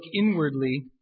inwardly